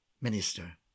Minister